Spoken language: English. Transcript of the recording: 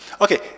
Okay